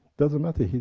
doesn't matter,